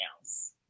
else